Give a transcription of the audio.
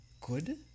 good